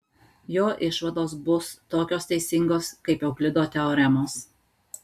jo išvados bus tokios teisingos kaip euklido teoremos